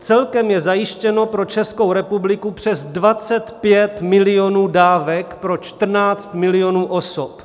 Celkem je zajištěno pro Českou republiku přes 25 milionů dávek pro 14 milionů osob.